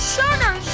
sugar